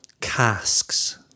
casks